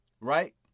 right